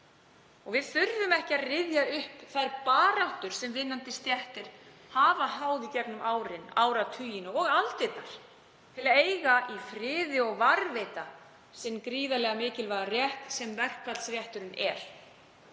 Við þurfum ekki að rifja upp þær baráttur sem vinnandi stéttir hafa háð í gegnum árin, áratugina og aldirnar til að eiga í friði og varðveita þann gríðarlega mikilvæga rétt sinn sem verkfallsrétturinn er.